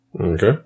Okay